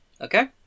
Okay